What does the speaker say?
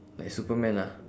like superman lah